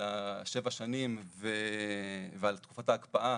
על שבע השנים ועל תקופת ההקפאה